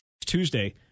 Tuesday